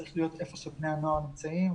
צריך להיות היכן שבני הנוער נמצאים,